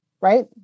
right